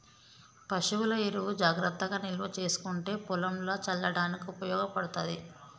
పశువుల ఎరువు జాగ్రత్తగా నిల్వ చేసుకుంటే పొలంల చల్లడానికి ఉపయోగపడ్తది